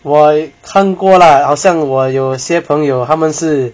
我看过 lah 好像我有些朋友他们是